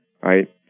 right